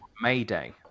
mayday